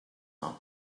not